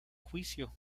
juicio